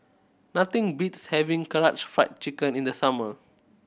nothing beats having Karaage Fried Chicken in the summer